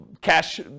cash